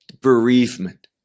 bereavement